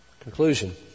Conclusion